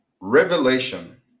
Revelation